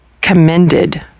commended